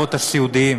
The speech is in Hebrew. בבתי-האבות הסיעודיים.